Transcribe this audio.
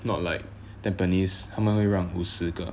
not like tampines 他们会让五十个